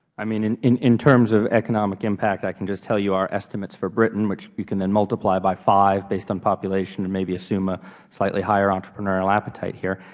i mean, in in terms of economic impact, i can just tell you our estimates for britain, which you can then multiply by five, based on population, and maybe assume a slightly higher entrepreneurial appetite here.